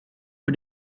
och